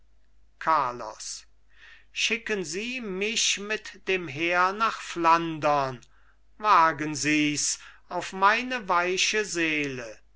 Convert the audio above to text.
carlos schicken sie mich mit dem heer nach flandern wagen sies auf meine weiche seele